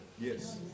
Yes